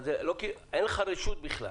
אין לך רשות בכלל.